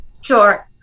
Sure